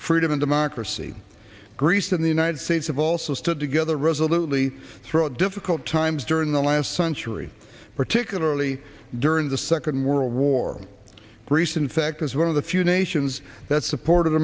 freedom democracy greece and the united states have also stood together resolutely throat difficult times during the last century particularly during the second world war greece in fact as one of the few nations that supported